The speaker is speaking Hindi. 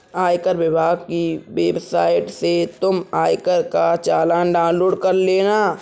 आयकर विभाग की वेबसाइट से तुम आयकर का चालान डाउनलोड कर लेना